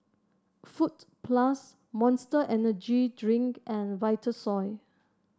Fruit Plus Monster Energy Drink and Vitasoy